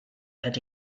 that